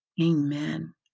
Amen